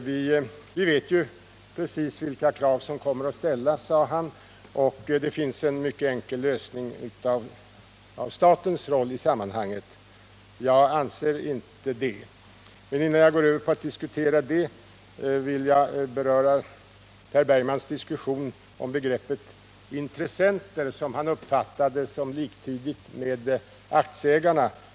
Vi vet ju precis vilka krav som kommer att ställas, sade han, och det finns ju en mycket enkel lösning av statens roll i sammanhanget. Jag anser inte det. Men innan jag går över till att diskutera det, vill jag beröra Per Bergmans resonemang om begreppet intressenter, som han uppfattade som liktydigt med aktieägarna.